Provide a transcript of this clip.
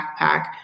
backpack